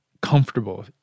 comfortable